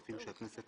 שכר שרים וסגני שרים (הוראת שעה)